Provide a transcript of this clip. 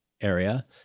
area